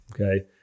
okay